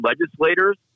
legislators